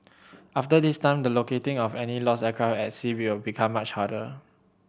after this time the locating of any lost aircraft at sea will become much harder